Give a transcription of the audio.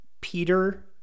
Peter